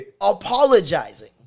apologizing